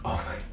oh my